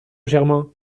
germain